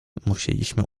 musieliśmy